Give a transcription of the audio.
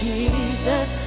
Jesus